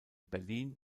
berlin